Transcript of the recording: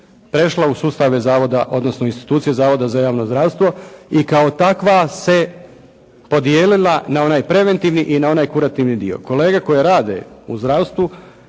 prešla u sustave zavoda odnosno institucije zavoda za javno zdravstvo i kao takva se podijelila na onaj preventivni i na onaj kurativni dio. Kolege koje rade u zdravstvu